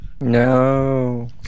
No